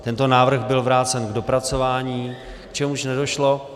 Tento návrh byl vrácen k dopracování, k čemuž nedošlo.